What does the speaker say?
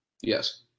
Yes